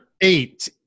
Eight